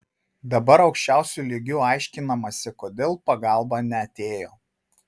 dabar aukščiausiu lygiu aiškinamasi kodėl pagalba neatėjo